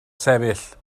sefyll